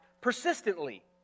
persistently